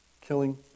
killing